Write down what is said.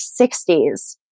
60s